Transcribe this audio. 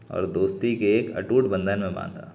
اور دوستی کے ایک اٹوٹ بندھن میں باندھا